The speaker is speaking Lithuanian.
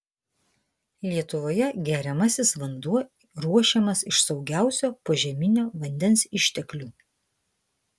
lietuvoje geriamasis vanduo ruošiamas iš saugiausio požeminio vandens išteklių